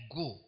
go